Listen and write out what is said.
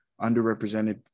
underrepresented